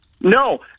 No